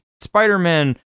Spider-Man